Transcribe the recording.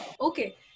Okay